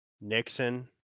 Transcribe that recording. Nixon